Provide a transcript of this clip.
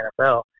NFL